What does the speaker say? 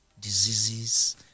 diseases